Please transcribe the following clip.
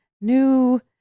new